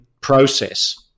process